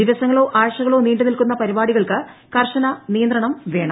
ദിവസങ്ങളോ ആഴ്ചകളോ നീണ്ടുനിൽക്കുന്ന പരിപാടികൾക്ക് കർശന നിയന്ത്രണം വേണം